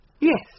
Yes